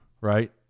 right